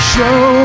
Show